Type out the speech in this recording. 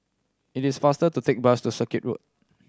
it is faster to take bus to Circuit Road